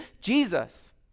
Jesus